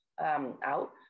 out